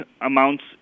amounts